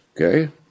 Okay